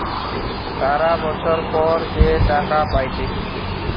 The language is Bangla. সারা বছর পর যে টাকা পাইতেছে